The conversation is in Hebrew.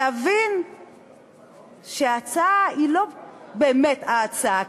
להבין שההצעה היא לא באמת ההצעה,